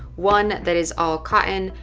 one that is all cotton.